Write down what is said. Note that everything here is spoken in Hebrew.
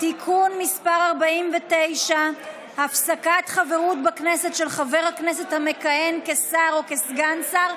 (תיקון מס' 49) (הפסקת חברות בכנסת של חבר הכנסת המכהן כשר או כסגן שר),